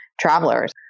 travelers